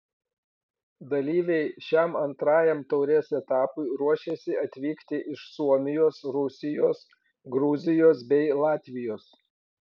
dalyviai šiam antrajam taurės etapui ruošiasi atvykti iš suomijos rusijos gruzijos bei latvijos